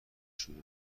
شروع